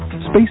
Space